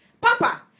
Papa